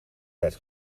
werd